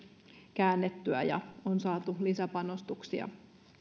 käännettyä ja on saatu lisäpanostuksia